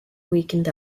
weekend